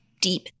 deep